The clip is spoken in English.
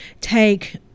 take